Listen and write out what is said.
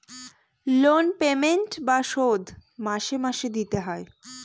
loan payment বা শোধ মাসে মাসে দিতে হয়